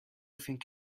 think